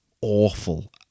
awful